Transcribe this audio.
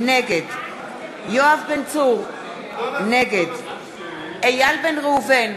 נגד יואב בן צור, נגד איל בן ראובן,